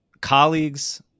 colleagues